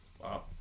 wow